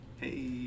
hey